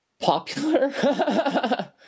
popular